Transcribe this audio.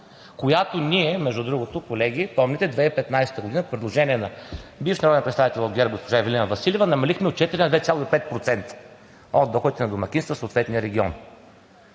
която ние, между другото, колеги, помните през 2015 г. по предложение на бивш народен представител в ГЕРБ госпожа Ивелина Василева намалихме от 4 на 2,5% от доходите на домакинствата в съответния регион.